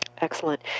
Excellent